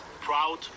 proud